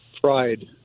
pride